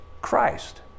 Christ